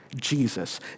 Jesus